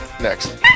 next